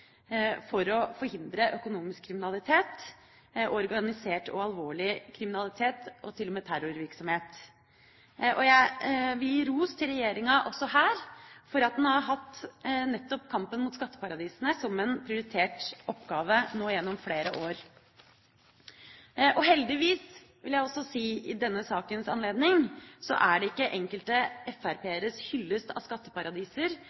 for å forhindre økonomisk kriminalitet og organisert og alvorlig kriminalitet – til og med terrorvirksomhet. Jeg vil også her gi ros til regjeringa for at den nettopp har hatt kampen mot skatteparadisene som en prioritert oppgave gjennom flere år. Heldigvis – vil jeg også si i denne sakens anledning – er det ikke enkelte FrP-eres hyllest av skatteparadiser